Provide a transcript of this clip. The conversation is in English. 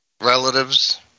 relatives